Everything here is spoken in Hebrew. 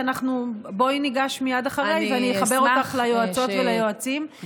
בואי ניגש מייד אחרי ואחבר אותך ליועצות וליועצים.